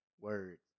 words